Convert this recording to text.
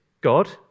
God